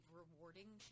rewarding